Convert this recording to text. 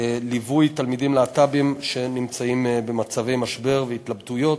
ליווי תלמידים להט"בים שנמצאים במצבי משבר והתלבטויות.